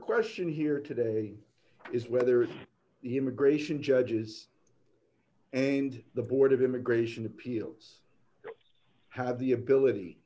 question here today is whether the immigration judges and the board of immigration appeals have the ability